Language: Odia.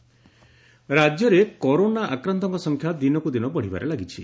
କରୋନା ପଜିଟିଭ ରାଜ୍ୟରେ କରୋନା ଆକ୍ରାନ୍ତଙ୍କ ସଂଖ୍ୟା ଦିନକୁ ଦିନ ବଢିବାରେ ଲାଗିଛି